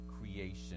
creation